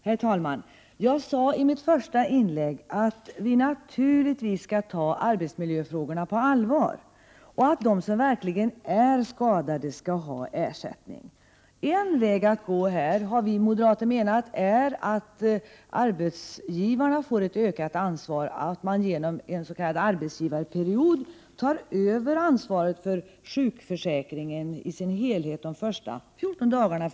Herr talman! Jag sade i mitt första inlägg att vi naturligtvis skall ta arbetsmiljöfrågorna på allvar, och att de som verkligen är skadade skall ha ersättning. En väg att gå, har vi moderater menat, är att arbetsgivarna får ökat ansvar: de kan genom en s.k. arbetsgivarperiod ta över ansvaret för sjukförsäkringen i dess helhet, förslagsvis de första fjorton dagarna.